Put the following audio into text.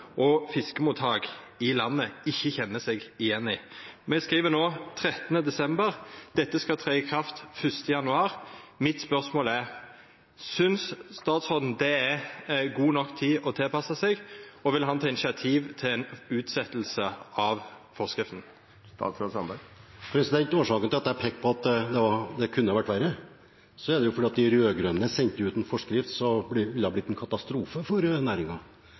og fiskemottak i landet ikkje kjenner seg igjen i. Vi skriv no 13. desember, dette skal tre i kraft den 1. januar. Mitt spørsmål er: Synest statsråden det er god nok tid til å tilpassa seg? Vil han ta initiativ til å utsetja forskrifta? Årsaken til at jeg pekte på at det kunne vært verre, er at de rød-grønne sendte ut en forskrift som ville ha blitt en katastrofe for